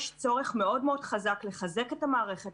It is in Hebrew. יש צורך מאוד חזק לתגבר את המערכת